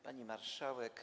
Pani Marszałek!